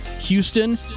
Houston